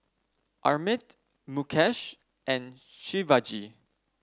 Amit Mukesh and Shivaji